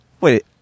Wait